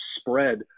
spread